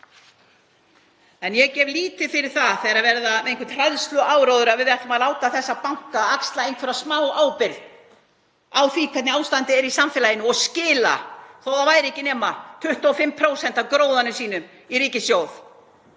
En ég gef lítið fyrir það þegar er verið með einhvern hræðsluáróður um að við ætlum að láta þessa banka axla einhverja smá ábyrgð á því hvernig ástandið er í samfélaginu og skila þó að það væri ekki nema 25% af gróðanum sínum í ríkissjóð,